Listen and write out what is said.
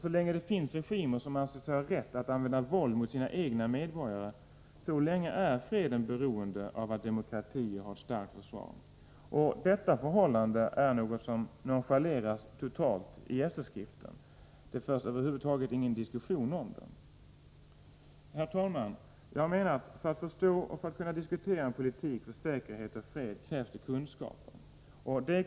Så länge det finns regimer som anser sig ha rätt att använda våld mot sina egna medborgare, så länge är freden beroende av att demokratier har ett starkt försvar. Detta förhållande är något som totalt nonchaleras i SÖ-skriften. Det förs över huvud taget ingen diskussion om det. Herr talman! Jag menar att det krävs kunskaper för att man skall förstå och kunna diskutera en politik för säkerhet och fred.